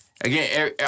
again